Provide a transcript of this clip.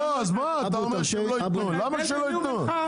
למה שלא יתנו?